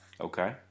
Okay